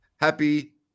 Happy